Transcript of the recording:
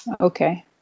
Okay